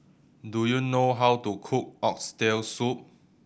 do you know how to cook Oxtail Soup